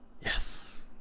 Yes